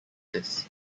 this